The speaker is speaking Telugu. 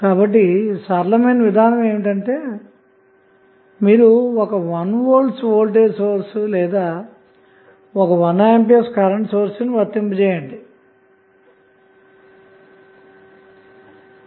కాబట్టి సరళమైన విధానం ఏమిటంటే మీరు1 V వోల్టేజ్ సోర్స్ లేదా 1A కరెంట్ సోర్స్ నువర్తింపజేస్తే సరిపోతుంది